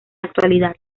actualidad